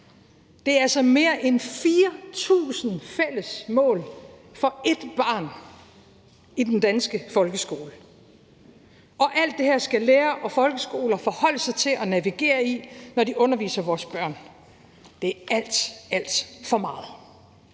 Det er altså mere end 4.000 fælles mål for ét barn i den danske folkeskole, og alt det her skal lærere og folkeskoler forholde sig til og navigere i, når de underviser vores børn. Det er alt, alt for meget.